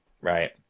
right